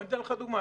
אני אתן לך דוגמה.